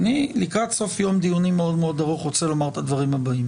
אני לקראת סוף יום דיונים מאוד מאוד ארוך רוצה לומר את הדברים הבאים